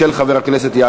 של חברת הכנסת רינה